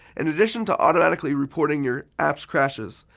in addition to automatically reporting your app's crashes,